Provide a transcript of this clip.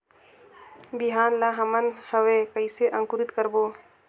बिहान ला हमन हवे कइसे अंकुरित करबो?